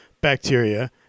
bacteria